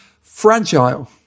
fragile